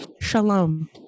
Shalom